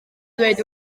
ddweud